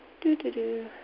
Do-do-do